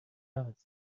است